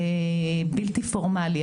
בלתי פורמלי.